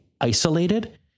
isolated